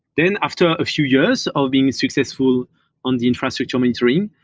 then after a few years of being successful on the infrastructure monitoring,